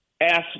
ask